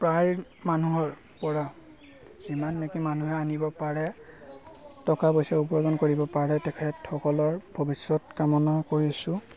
প্ৰায় মানুহৰ পৰা যিমান বাকী মানুহে আনিব পাৰে টকা পইচা উপাৰ্জন কৰিব পাৰে তেখেতসকলৰ ভৱিষ্যৎ কামনা কৰিছোঁ